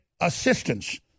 assistance